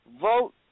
Vote